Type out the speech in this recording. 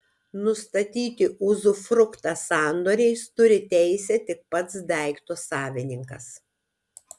nustatyti uzufruktą sandoriais turi teisę tik pats daikto savininkas